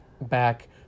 back